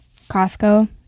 Costco